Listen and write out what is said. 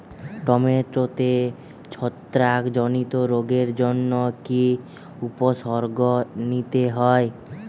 টমেটোতে ছত্রাক জনিত রোগের জন্য কি উপসর্গ নিতে হয়?